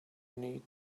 need